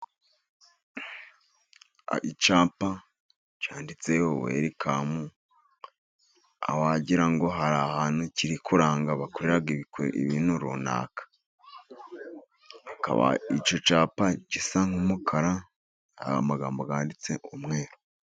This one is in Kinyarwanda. Icyapa cyanditseho werikamu, wagira ngo hari ahantu kiri kuranga bakorera ibintu runaka. Icyo cyapa gisa nk'umukara, amagambo yanditse umweru.